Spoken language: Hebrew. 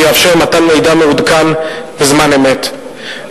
שיאפשר מתן מידע מעודכן בזמן אמת.